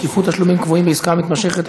שקיפות תשלומים קבועים בעסקה מתמשכת),